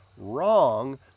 wrong